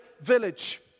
village